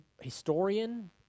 historian